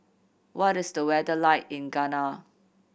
what is the weather like in Ghana